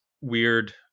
weird